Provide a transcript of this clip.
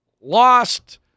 lost